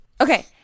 Okay